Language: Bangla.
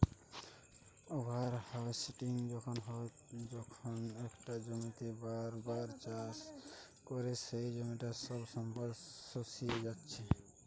ওভার হার্ভেস্টিং তখন হয় যখন একটা জমিতেই বার বার চাষ করে সেই জমিটার সব সম্পদ শুষিয়ে জাত্ছে